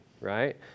right